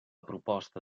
proposta